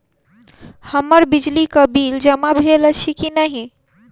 हम्मर बिजली कऽ बिल जमा भेल अछि की नहि?